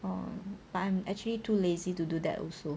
um but I'm actually too lazy to do that also